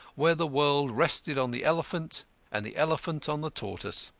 where the world rested on the elephant and the elephant on the tortoise.